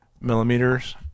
millimeters